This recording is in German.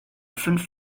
fünf